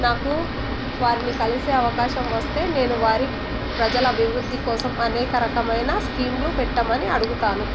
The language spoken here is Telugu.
నాకు వారిని కలిసే అవకాశం వస్తే నేను వారి ప్రజల అభివృద్ధి కోసం అనేక రకమైన స్కీములు పెట్టమని అడుగుతాను